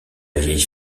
vieille